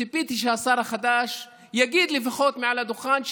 ציפיתי שהשר החדש יגיד לי לפחות מעל הדוכן: